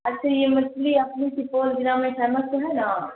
اچھا یہ مچھلی اپنی سپول ضلع میں فیمس تو ہے نا